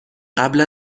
قبل